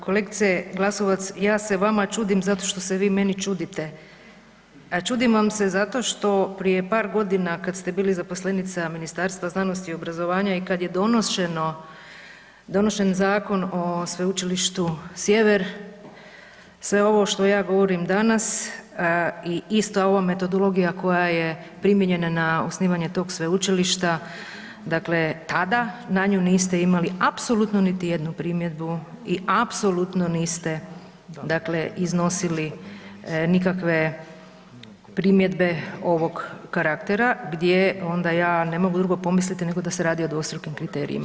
Kolegice Glasovac, ja se vama čudim zato što se vi meni čudite, a čudim vam se zato što prije par godina kad ste bili zaposlenica Ministarstva znanosti i obrazovanja i kad je donošeno, donešen Zakon o Sveučilištu Sjever, sve ovo što ja govorim danas i ista ova metodologija koja je primijenjena na osnivanje tog sveučilišta, dakle tada, na nju niste imali apsolutno niti jednu primjedbu, i apsolutno niste, dakle iznosili nikakve primjedbe ovog karaktera gdje onda ja ne mogu drugo pomisliti nego da se radi o dvostrukim kriterijima.